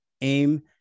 aim